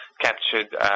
captured